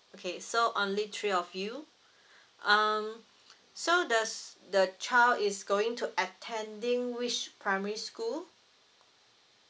okay so only three of you um so does the child is going to attending which primary school